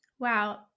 Wow